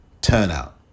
turnout